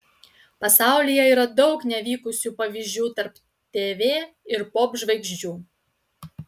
pasaulyje yra daug nevykusių pavyzdžių tarp tv ir popžvaigždžių